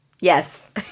Yes